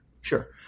Sure